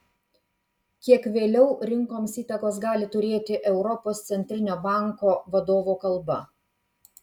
kiek vėliau rinkoms įtakos gali turėti europos centrinio banko vadovo kalba